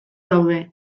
daude